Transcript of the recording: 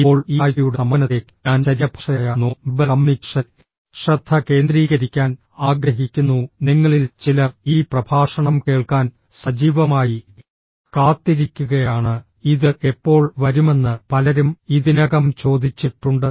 ഇപ്പോൾ ഈ ആഴ്ചയുടെ സമാപനത്തിലേക്ക് ഞാൻ ശരീരഭാഷയായ നോൺ വെർബൽ കമ്മ്യൂണിക്കേഷനിൽ ശ്രദ്ധ കേന്ദ്രീകരിക്കാൻ ആഗ്രഹിക്കുന്നു നിങ്ങളിൽ ചിലർ ഈ പ്രഭാഷണം കേൾക്കാൻ സജീവമായി കാത്തിരിക്കുകയാണ് ഇത് എപ്പോൾ വരുമെന്ന് പലരും ഇതിനകം ചോദിച്ചിട്ടുണ്ട്